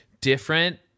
different